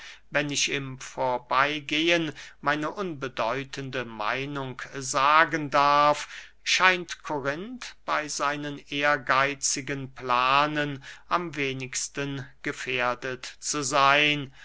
wenn ich im vorbeygehen meine unbedeutende meinung sagen darf scheint korinth bey seinen ehrgeitzigen planen am wenigsten gefährdet zu seyn